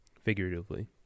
Figuratively